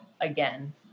again